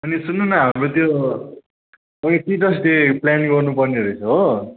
अनि सुन्नु न हाम्रो त्यो उयो टिचर्स डे प्लान गर्नु पर्ने रहेछ हो